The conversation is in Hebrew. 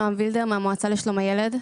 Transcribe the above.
נועם וילדר מהמועצה לשלום הילד.